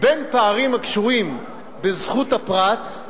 בין פערים הקשורים בזכות הפרט,